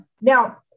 Now